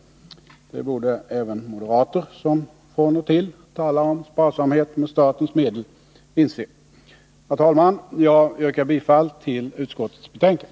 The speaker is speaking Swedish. Det borde även moderater — som från och till talar om sparsamhet med statens medel — inse. Herr talman! Jag yrkar bifall till utskottets hemställan.